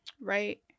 right